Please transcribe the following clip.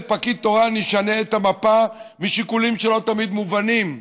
פקיד תורן ישנה את המפה משיקולים שלא תמיד מובנים.